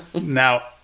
Now